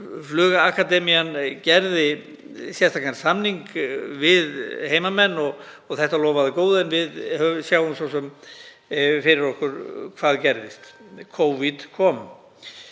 Flugakademían gerði sérstakan samning við heimamenn og þetta lofaði góðu. En við sjáum svo sem fyrir okkur hvað gerðist, Covid kom.